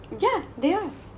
yeah they are